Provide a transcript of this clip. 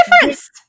difference